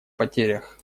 потерях